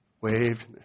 Waved